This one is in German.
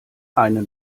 einen